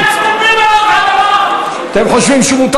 תעשו מה שאתם רוצים.